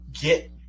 get